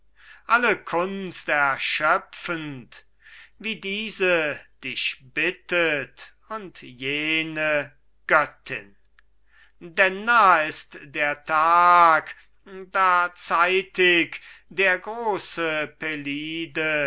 alle kunst erschöpfend wie diese dich bittet und jene göttin denn nah ist der tag da zeitig der große pelide